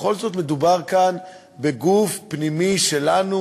בכל זאת מדובר כאן בגוף פנימי שלנו